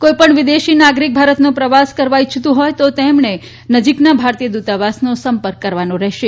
કોઈપણ વિદેશી નાગરિક ભારતનો પ્રવાસ કરવા ઈચ્છતુ હોય તો તેમણે નજીકના ભારતીય દૂતાવાસનો સંપર્ક કરવાનો રહેશે